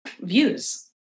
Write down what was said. views